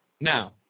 Now